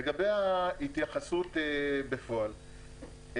לגבי התייחסות בפועל,